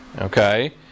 Okay